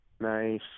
Nice